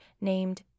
named